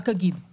לבדוק פה,